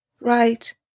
Right